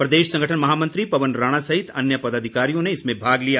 प्रदेश संगठन महामंत्री पवन राणा सहित अन्य पदाधिकारियों ने इसमें भाग लिया